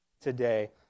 today